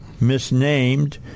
misnamed